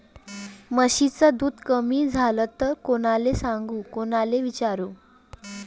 म्हशीचं दूध कमी झालं त कोनाले सांगू कोनाले विचारू?